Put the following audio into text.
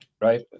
Right